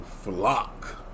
flock